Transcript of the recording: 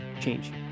change